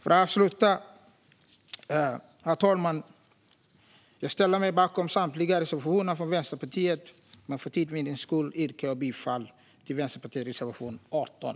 Avslutningsvis, herr talman, ställer jag mig bakom samtliga reservationer från Vänsterpartiet, men för tids vinnande yrkar jag bifall endast till Vänsterpartiets reservation 18.